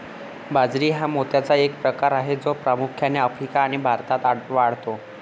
बाजरी हा मोत्याचा एक प्रकार आहे जो प्रामुख्याने आफ्रिका आणि भारतात वाढतो